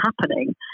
happening